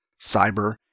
cyber